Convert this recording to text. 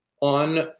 on